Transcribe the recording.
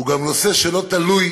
הוא גם נושא שלא תלוי